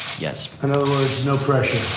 yes. and there was no pressure?